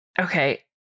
Okay